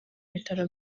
bitari